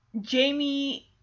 Jamie